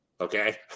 okay